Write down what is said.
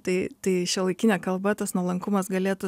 tai tai šiuolaikinė kalba tas nuolankumas galėtų